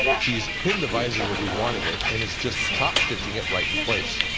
she's pinned the visor where we wanted it, and it's just top stitching it right in place.